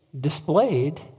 displayed